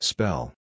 Spell